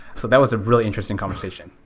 so that was a really interesting conversation.